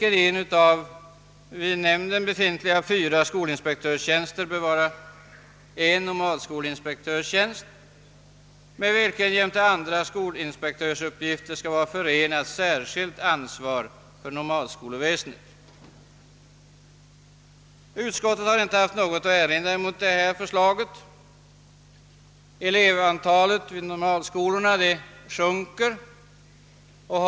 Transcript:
En av vid denna befintliga fyra skolinspektörstjänster bör vara en nomadskolinspektörstjänst, med vilken jämte andra skolinspektörsuppgifter skall vara förenat särskilt ansvar för nomadskolväsendet. Utskottet har inte haft något att erinra mot detta förslag. Elevantalet vid nomadskolorna har sjunkit år efter år.